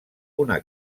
una